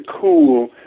cool